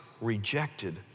rejected